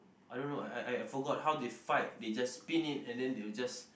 I don't know I I I forgot how they fight they just spin it and then they will just